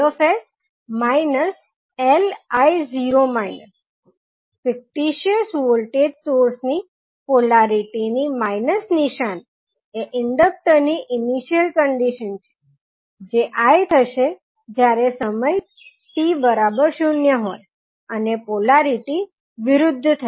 fictitious voltage source ની polarity ની minus નિશાની એ ઇન્ડકટર ની ઇનીશીયલ કંડીશન છે જે l થશે જ્યારે સમય t 0 હોય અને પોલારિટી વિરુધ્ધ થશે